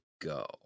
go